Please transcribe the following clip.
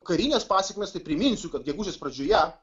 karinės pasekmės tai priminsiu kad gegužės pradžioje